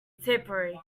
tipperary